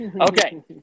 okay